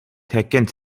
herkent